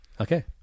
Okay